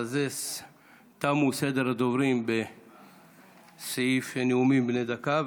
בזה תם סדר הדוברים בסעיף נאומים בני דקה.